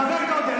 חבר הכנסת עודה,